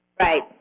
Right